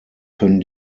können